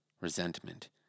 resentment